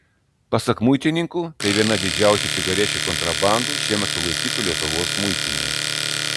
pasak muitininkų tai viena didžiausių cigarečių kontrabandų šiemet sulaikytų lietuvos muitinėje